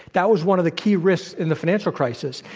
that was one of the key risks in the financial crisis.